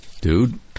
Dude